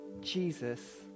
Jesus